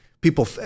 people